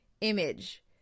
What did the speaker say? image